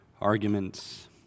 arguments